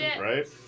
Right